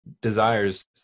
desires